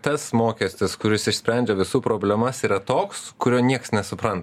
tas mokestis kuris išsprendžia visų problemas yra toks kurio nieks nesupran